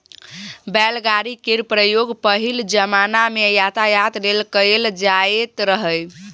बैलगाड़ी केर प्रयोग पहिल जमाना मे यातायात लेल कएल जाएत रहय